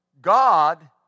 God